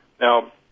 Now